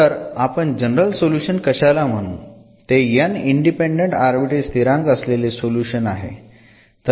तर आपण general solution कशाला म्हणू ते n इंडिपेंडंट आर्बिट्ररी स्थिरांक असलेले सोल्युशन आहे